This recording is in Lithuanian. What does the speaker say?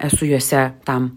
esu juose tam